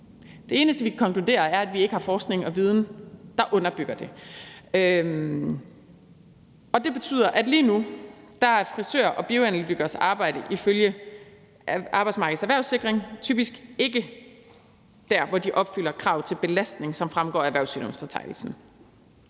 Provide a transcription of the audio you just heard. Det eneste, vi kan konkludere, er, at vi ikke har forskning og viden, der underbygger det, og det betyder, at frisører og bioanalytikeres arbejde ifølge Arbejdsmarkedets Erhvervssikring lige nu typisk ikke er der, hvor de opfylder kravet til belastning, som fremgår af erhvervssygdomsfortegnelsen.